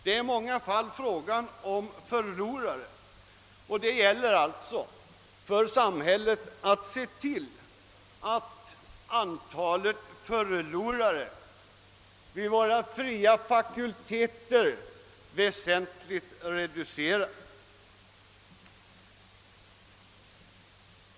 Det är ofta fråga om förlorare, och det gäller alltså för samhället att se till att antalet förlorare vid våra fria fakulteter väsentligt reduceras.